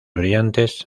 brillantes